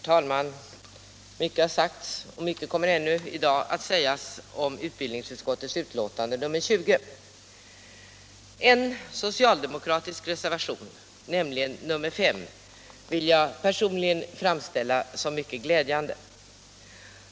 Herr talman! Mycket har sagts och mycket kommer också i dag att sägas om utbildningsutskottets betänkande nr 20. En socialdemokratisk reservation, nämligen nr 5, vill jag personligen framställa som mycket glädjande.